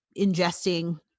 ingesting